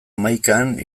hamaikan